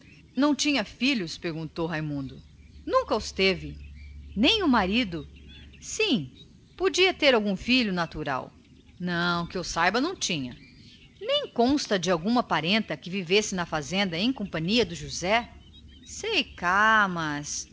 não tinha filhos nunca os teve nem o marido sim este podia ter algum filho natural não que eu saiba não tinha nem consta de alguma parenta que vivesse na fazenda em companhia do josé sei cá